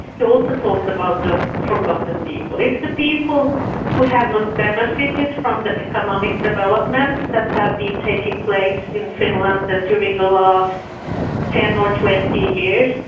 he also talks about the forgotten people. it's the people who have not benefited from the economic developments that have been taking place in finland during the last ten or twenty years,